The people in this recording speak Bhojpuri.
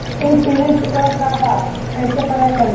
ई सिविल स्कोर का बा कइसे पता चली?